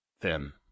thin